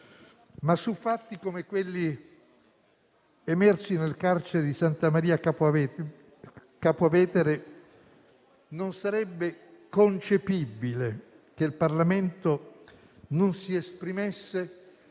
ma su fatti come quelli emersi nel carcere di Santa Maria Capua Vetere non sarebbe concepibile che il Parlamento non si esprimesse